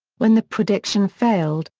when the prediction failed,